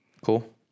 Cool